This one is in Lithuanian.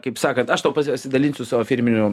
kaip sakant aš tau pasidalinsiu savo firminiu